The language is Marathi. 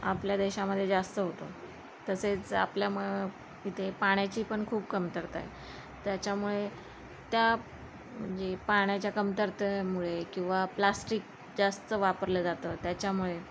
आपल्या देशामध्ये जास्त होतं तसेच आपल्या मग इथे पाण्याची पण खूप कमतरता आहे त्याच्यामुळे त्या म्हणजे पाण्याच्या कमतरतेमुळे किंवा प्लॅस्टिक जास्त वापरलं जातं त्याच्यामुळे